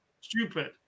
Stupid